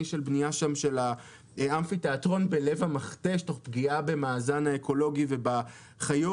של האמפי בלב המכתב תוך פגיעה במאזן האקולוגי ובחיות,